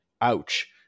Ouch